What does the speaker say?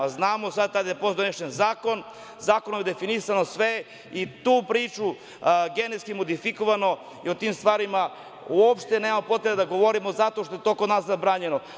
Znamo kada je donet zakon, zakonom je definisano sve i tu priču, genetski modifikovano i o tim stvarima uopšte nemamo potrebe da govorimo zato što je to kod nas zabranjeno.